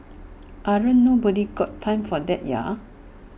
ain't nobody's got time for that ya